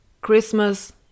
Christmas